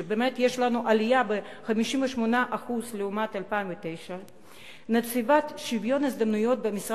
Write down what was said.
שבאמת יש עלייה של 58% לעומת 2009. נציבת שוויון ההזדמנויות בעבודה